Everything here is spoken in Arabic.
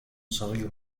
صغير